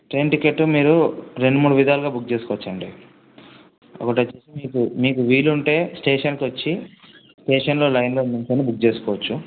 train ticket మీరూ రెండు మూడు విధాలుగా బుక్ చేసుకోవచ్చు అండి ఒకటి వచ్చేసీ మీకూ మీకు వీలు ఉంటే స్టేషన్కు వచ్చీ స్టేషన్లో లైన్లో నించొని బుక్ చేసుకోవచ్చు